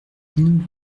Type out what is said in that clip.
dino